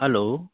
hello